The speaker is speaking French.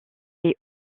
est